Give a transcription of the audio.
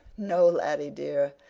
no, laddie dear,